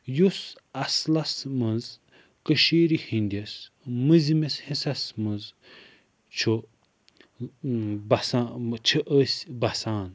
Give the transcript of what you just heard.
یُس اَصلَس منٛز کٔشیٖر ہٕنٛدِس مٔنٛزِمِس حِصس منٛز چھُ بَسان چھِ أسۍ بَسان